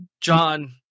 john